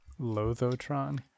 Lothotron